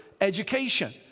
education